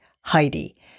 Heidi